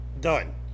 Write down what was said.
Done